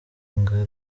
ngara